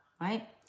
Right